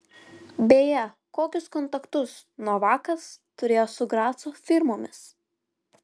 beje kokius kontaktus novakas turėjo su graco firmomis